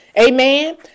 Amen